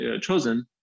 chosen